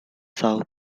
south